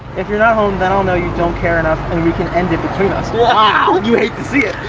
if you're not home, then i'll know you don't care enough, and we can end it between us. wow, you hate to see it.